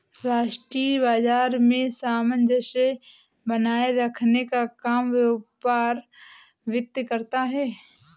अंतर्राष्ट्रीय बाजार में सामंजस्य बनाये रखने का काम व्यापार वित्त करता है